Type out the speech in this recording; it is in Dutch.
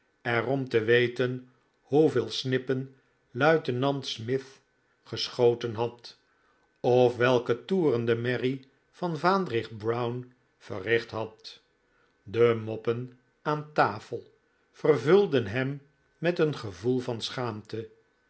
er om te weten hoeveel snippen luitenant smith geschoten had of welke toeren de merrie van vaandrig brown verricht had de moppen aan tafel vervulden hem met een gevoel van schaamte